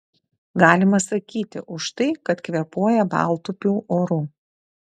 galima sakyti už tai kad kvėpuoja baltupių oru